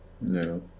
No